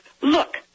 look